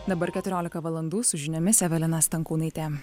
dabar keturiolika valandų su žiniomis evelina stankūnaitė